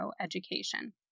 Education